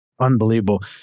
unbelievable